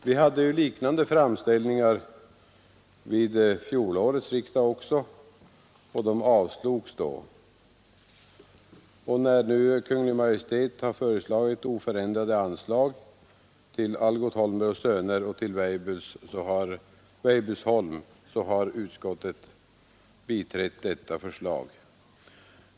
Vi hade liknande framställningar vid fjolårets riksdag, och de avslogs då. När nu Kungl. Maj:t har föreslagit oförändrade anslag till Algot Holmberg och Söner AB och till Weibullsholm har utskottet biträtt detta förslag.